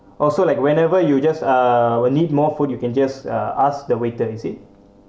also like whenever you just uh when need more food you can just uh ask the waiter is it